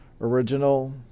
Original